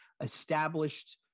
established